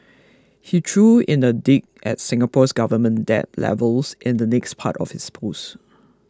he threw in a dig at Singapore's government debt levels in the next part of his post